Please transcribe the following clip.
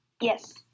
Yes